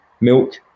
milk